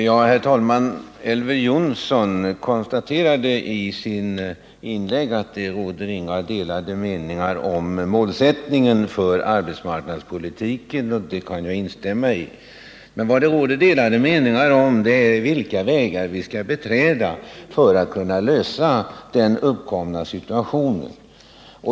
Herr talman! Elver Jonsson konstaterade i sitt inlägg att det inte råder några delade meningar om målsättningen för arbetsmarknadspolitiken, och det kan jaginstämma i. Men det råder delade meningar om vilka vägar vi skall beträda för att komma ur den uppkomna situationen.